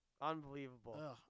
Unbelievable